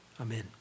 Amen